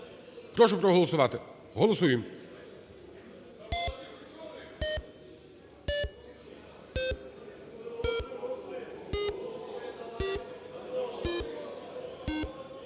прошу проголосувати, голосуємо.